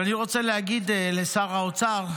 אבל אני רוצה להגיד לשר האוצר,